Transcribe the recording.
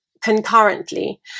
concurrently